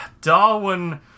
Darwin